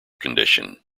condition